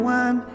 one